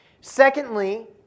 Secondly